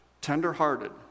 tenderhearted